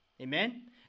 Amen